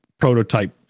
prototype